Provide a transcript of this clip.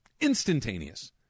instantaneous